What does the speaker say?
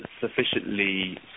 sufficiently